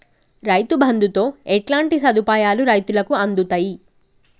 రైతు బంధుతో ఎట్లాంటి సదుపాయాలు రైతులకి అందుతయి?